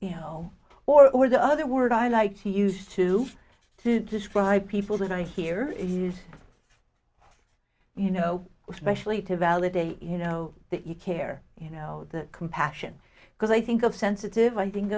you know or the other word i like to use to to describe people that i hear is you know especially to validate you know that you care you know that compassion because i think of sensitive